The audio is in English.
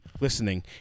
listening